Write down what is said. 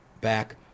back